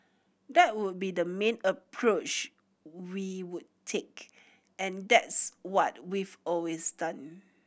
that would be the main approach we would take and that's what we've always done